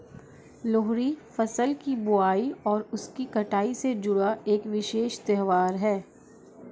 लोहड़ी फसल की बुआई और उसकी कटाई से जुड़ा एक विशेष त्यौहार है